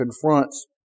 confronts